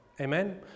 amen